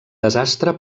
desastre